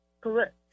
Correct